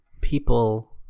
People